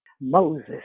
Moses